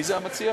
מי המציע?